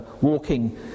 walking